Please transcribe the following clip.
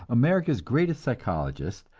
america's greatest psychologist,